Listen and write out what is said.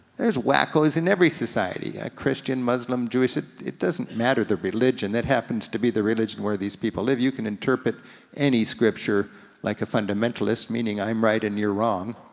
there's wackos in every society, christian, muslim, jewish, it it doesn't matter the religion. that happens to be the religion where these people live. you can interpret any scripture like a fundamentalist, meaning i'm right and you're wrong,